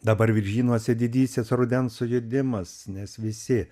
dabar viržynuose didysis rudens sujudimas nes visi